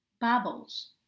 bubbles